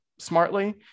smartly